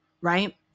right